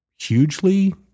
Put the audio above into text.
Hugely